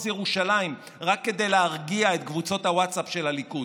ירושלים רק כדי להרגיע את קבוצות הווטסאפ של הליכוד,